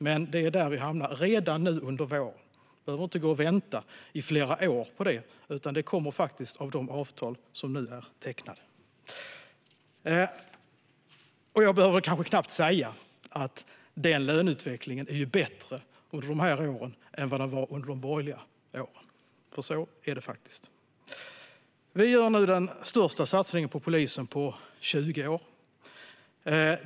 Men det är där vi hamnar redan nu under våren. Man behöver inte gå och vänta i flera år på detta, utan det kommer faktiskt av de avtal som nu är tecknade. Jag behöver kanske knappt säga att löneutvecklingen är bättre under dessa år än den var under de borgerliga åren. Så är det faktiskt. Vi gör nu den största satsningen på polisen på 20 år.